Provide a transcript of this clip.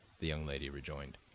the young lady rejoined,